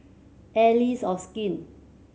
Allies of Skin